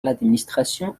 l’administration